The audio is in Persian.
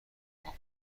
بخورم